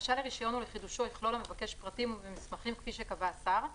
בבקשה לרישיון או לחידושו יכלול המבקש פרטים ומסמכים כפי שקבע השר,